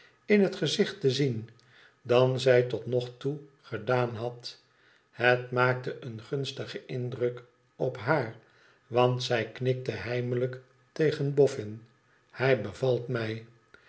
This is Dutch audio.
in het gezicht te zien dan zij tot nog toe gedaan had het maakte een gunstigen indruk op haar want zij knikte heimelijk tegen boffin hij bevalt mij